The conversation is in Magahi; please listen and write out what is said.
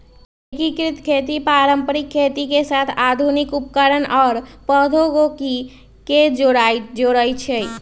एकीकृत खेती पारंपरिक खेती के साथ आधुनिक उपकरणअउर प्रौधोगोकी के जोरई छई